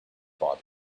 bottle